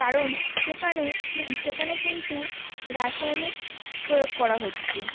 কারণ সেখানে সেখানে কিন্তু রাসায়নিক প্রয়োগ করা হচ্ছে